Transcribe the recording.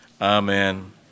Amen